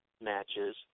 matches